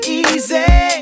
easy